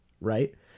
right